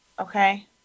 Okay